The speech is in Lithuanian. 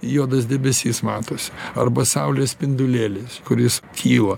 juodas debesis matosi arba saulės spindulėlis kuris kyla